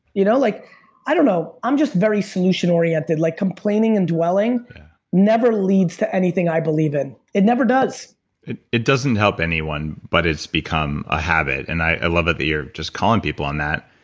you know like i don't know. i'm just very solution-oriented like complaining and dwelling never leads to anything i believe in. it never does it it doesn't help anyone, but it's become a habit, and i love it that you're just calling people on that,